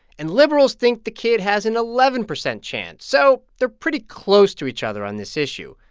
and liberals think the kid has an eleven percent chance. so they're pretty close to each other on this issue,